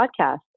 podcast